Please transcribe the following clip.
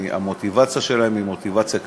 המוטיבציה שלהם היא מוטיבציה כלכלית.